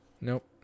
Nope